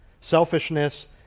Selfishness